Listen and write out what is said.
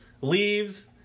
leaves